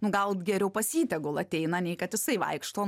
nu gal geriau pas jį tegul ateina nei kad jisai vaikšto